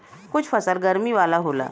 कुछ फसल गरमी वाला होला